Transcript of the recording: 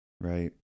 Right